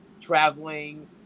traveling